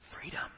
Freedom